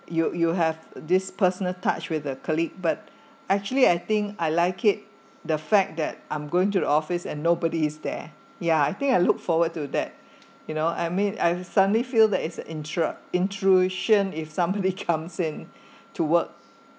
you you have this personal touch with the colleague but actually I think I like it the fact that I'm going to the office and nobody is there yeah I think I look forward to that you know I mean I suddenly feel that its intru- intrusion if somebody comes in to work